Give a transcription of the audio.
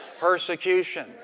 persecution